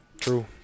True